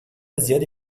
زیادی